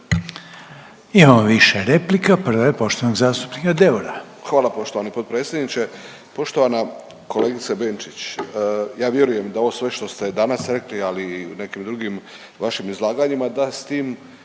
Imamo više replika. Prva je poštovanog zastupnika Deura. **Deur, Ante (HDZ)** Hvala poštovani potpredsjedniče. Poštovana kolegice Benčić, ja vjerujem da ovo sve što ste danas rekli ali i u nekim drugim vašim izlaganjima da s tim